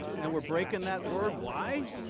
and we are breaking that word why?